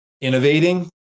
innovating